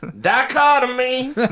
Dichotomy